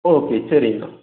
okay சரிங்கண்ணா